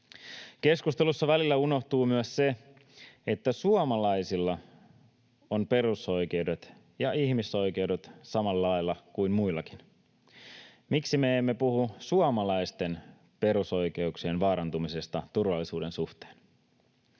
Keskustelussa välillä unohtuu myös se, että suomalaisilla on perusoikeudet ja ihmisoikeudet samalla lailla kuin muillakin. Miksi me emme puhu suomalaisten perusoikeuksien vaarantumisesta turvallisuuden suhteen?